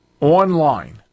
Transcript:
online